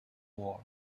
war